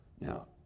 Now